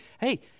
Hey